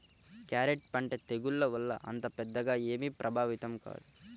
carrot పంట తెగుళ్ల వల్ల అంత పెద్దగా ఏమీ ప్రభావితం కాదు